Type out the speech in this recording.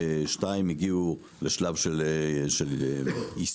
שתיים הגיעו לשלב של יישום,